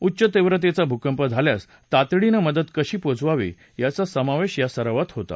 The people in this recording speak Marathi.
उच्च तीव्रतेचा भूकंप झाल्यास तातडीनं मदत कशी पोचवावी याचा समावेश या सरावात होता